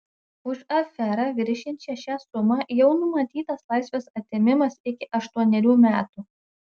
už aferą viršijančią šią sumą jau numatytas laisvės atėmimas iki aštuonerių metų